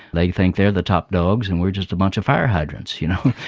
they think they're the top dogs and we're just a bunch of fire hydrants, you know.